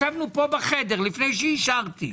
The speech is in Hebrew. ישבנו פה בחדר לפני שאישרתי.